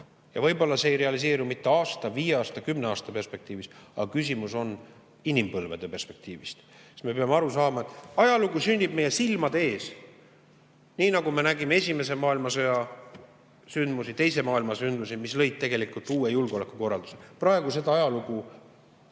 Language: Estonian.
Võib-olla see ei realiseeru aasta, viie aasta, kümne aasta perspektiivis, aga küsimus on inimpõlvede perspektiivis. Me peame aru saama, et ajalugu sünnib meie silmade ees. Nii nagu me nägime esimese maailmasõja sündmusi, teise maailmasõja sündmusi, mis lõid tegelikult uue julgeolekukorralduse, praegu seda ajalugu